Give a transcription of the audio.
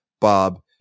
Bob